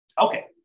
Okay